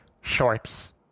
shorts